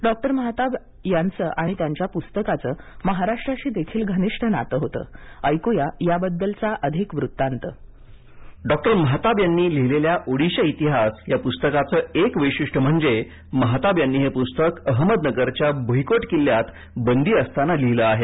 डॉ माहताब यांचं आणि त्यांच्या या पुस्तकाचं महाराष्ट्राशी देखील घनिष्ठ नातं होतं ऐक्या या बद्दलचा अधिक वृत्तांत डॉक्टर मेहताब यांनी लिहिलेल्या ओडिशा इतिहास या पुस्तकाचं एक वैशिष्ट्य म्हणजे मेहताब यांनी हे पुस्तक अहमदनगरच्या भुईकोट किल्ल्यात बंदी असताना लिहिलं आहे